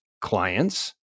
clients